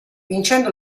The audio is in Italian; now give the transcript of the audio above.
vincendo